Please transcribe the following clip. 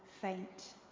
faint